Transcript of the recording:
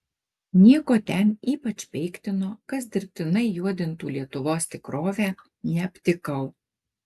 nieko ten ypač peiktino kas dirbtinai juodintų lietuvos tikrovę neaptikau